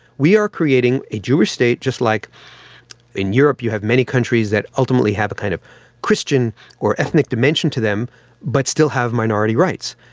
we are creating a jewish state just like in europe you have many countries that ultimately have a kind of christian or ethnic dimension to them but still have minority rights.